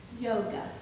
yoga